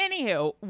anywho